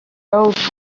old